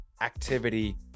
activity